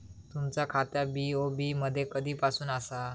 तुमचा खाता बी.ओ.बी मध्ये कधीपासून आसा?